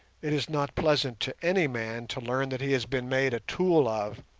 it is not pleasant to any man to learn that he has been made a tool of,